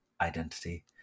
identity